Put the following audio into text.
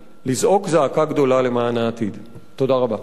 תודה רבה.